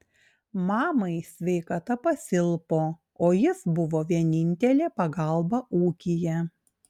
mamai sveikata pasilpo o jis buvo vienintelė pagalba ūkyje